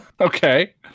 Okay